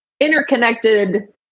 interconnected